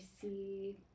see